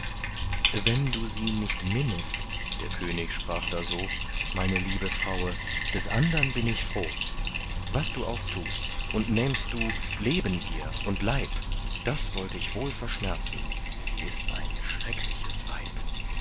wenn du sie nicht minnest der könig sprach da so meine liebe fraue des andern bin ich froh was du auch tust und nähmst du leben ihr und leib das wollt ich wohl verschmerzen sie ist ein schreckliches weib